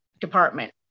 department